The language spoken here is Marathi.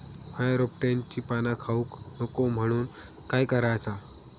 अळ्या रोपट्यांची पाना खाऊक नको म्हणून काय करायचा?